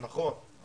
נכון.